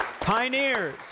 pioneers